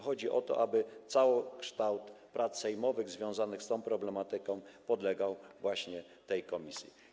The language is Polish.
Chodzi o to, aby całokształt prac sejmowych związanych z tą problematyką podlegał tej komisji.